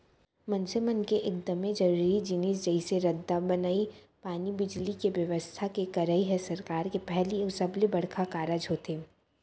मनसे मन के एकदमे जरूरी जिनिस जइसे रद्दा बनई, पानी, बिजली, के बेवस्था के करई ह सरकार के पहिली अउ सबले बड़का कारज होथे